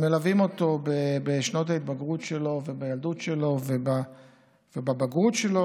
מלווים אותו בשנות ההתבגרות שלו ובילדות שלו ובבגרות שלו,